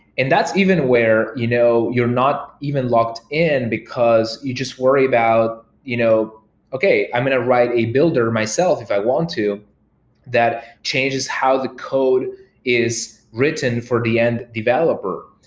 and that's even where you know you're not even locked in, because you just worry about, you know okay, i'm going to write a builder myself if i want to that changes how the code is written for the end developer.